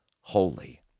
holy